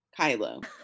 kylo